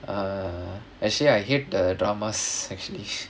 err actually I hate the dramas actually